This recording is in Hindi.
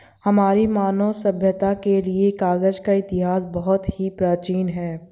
हमारी मानव सभ्यता के लिए कागज का इतिहास बहुत ही प्राचीन है